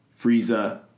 Frieza